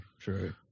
true